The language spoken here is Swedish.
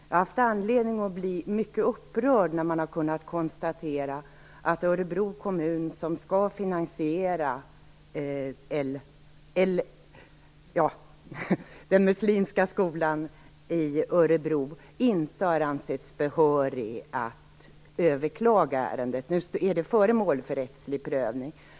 Jag har haft anledning att bli mycket upprörd när jag har kunnat konstatera att Örebro kommun, som skall finansiera den muslimska skolan i Örebro, inte har ansetts behörig att överklaga ärendet. Nu är det föremål för rättslig prövning.